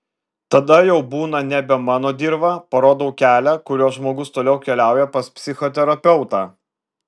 tada jau būna nebe mano dirva parodau kelią kuriuo žmogus toliau keliauja pas psichoterapeutą